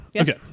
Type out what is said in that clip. Okay